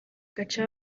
gace